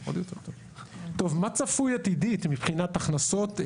מה צפוי עתידית מבחינת הכנסות?